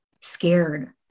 scared